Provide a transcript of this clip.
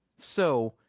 so,